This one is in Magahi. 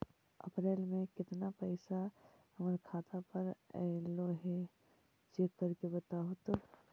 अप्रैल में केतना पैसा हमर खाता पर अएलो है चेक कर के बताहू तो?